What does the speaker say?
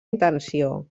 intenció